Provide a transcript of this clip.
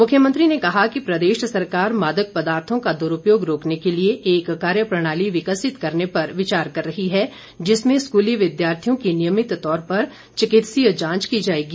मुख्यमंत्री ने कहा कि प्रदेश सरकार मादक पदार्थों का दुरूपयोग रोकने के लिए एक कार्य प्रणाली विकसित करने पर विचार कर रही है जिसमें स्कूली विथार्थियों की नियमित तौर पर चिकित्सीय जांच की जाएगी